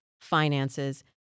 finances